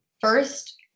first